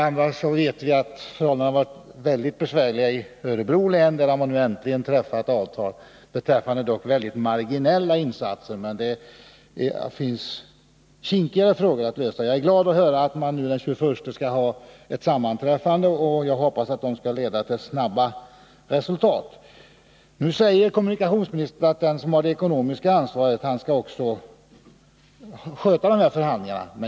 Däremot har förhållandena varit väldigt besvärliga i Örebro län, där man nu äntligen träffat ett avtal som gäller mycket marginella insatser — det finns kinkigare frågor att lösa. Jag är glad att höra att man skall ha ett sammanträffande den 21 oktober. Jag hoppas att det skall leda till snabba resultat. Nu säger kommunikationsministern att den som har det ekonomiska ansvaret också skall sköta dessa förhandlingar.